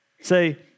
Say